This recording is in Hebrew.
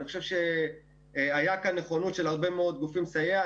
אני חושב שהייתה כאן נכונות של הרבה מאוד גופים לסייע.